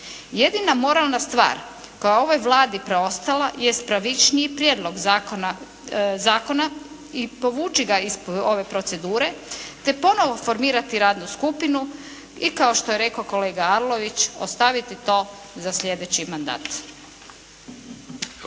Jedina moralna stvar koja je ovoj Vladi preostala jest pravičniji Prijedlog zakona i povući ga iz ove procedure te ponovo formirati radnu skupinu i kao što je rekao kolega Arlović ostaviti to za sljedeći mandat.